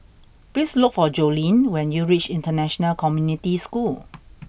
please look for Jolene when you reach International Community School